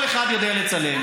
כל אחד יודע לצלם.